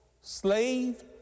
slave